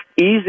easy